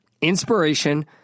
inspiration